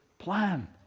plan